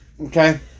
okay